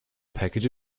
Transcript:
package